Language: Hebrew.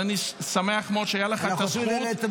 אני שמח מאוד שהייתה לך הזכות --- אנחנו